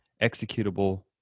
executable